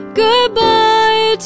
goodbye